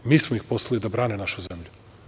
Mi smo ih poslali da brane našu zemlju.